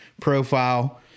profile